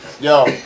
yo